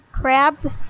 Crab